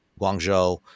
Guangzhou